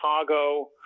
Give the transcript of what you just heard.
Chicago